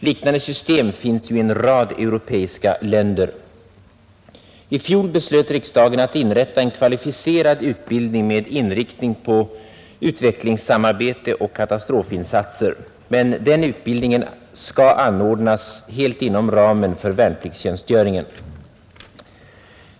Liknande system finns ju i en rad europeiska länder. I fjol beslöt riksdagen att inrätta en kvalificerad utbildning med inriktning på utvecklingssamarbete och katastrofinsatser, men den utbildningen skall anordnas helt inom ramen för värnpliktstjänstgöringen.